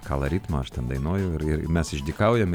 kala ritmą aš ten dainuoju ir ir mes išdykaujam